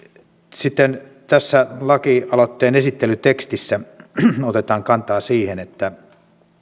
sitten tässä lakialoitteen esittelytekstissä otetaan kantaa siihen että